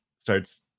starts